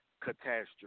Catastrophe